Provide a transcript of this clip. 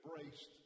embraced